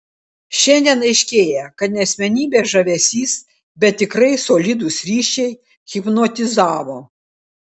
šiandien aiškėja kad ne asmenybės žavesys bet tikrai solidūs ryšiai hipnotizavo